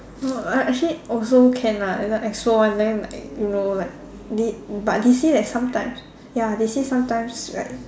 oh I actually also can lah like expo one then like you know like they but they say that sometimes ya they say sometimes right